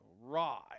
Right